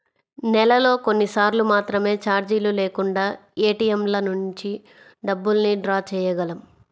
నెలలో కొన్నిసార్లు మాత్రమే చార్జీలు లేకుండా ఏటీఎంల నుంచి డబ్బుల్ని డ్రా చేయగలం